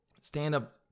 stand-up